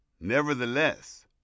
nevertheless